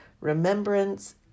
remembrance